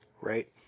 right